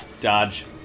Dodge